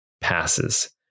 passes